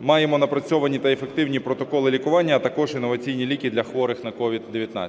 Маємо напрацьовані та ефективні протоколи лікування, а також інноваційні ліки для хворих на COVID-19.